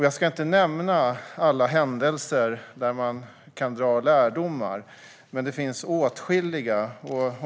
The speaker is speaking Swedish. Jag ska inte nämna alla händelser där man kan dra lärdomar, men det finns åtskilliga.